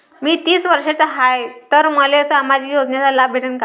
मी तीस वर्षाचा हाय तर मले सामाजिक योजनेचा लाभ भेटन का?